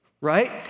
right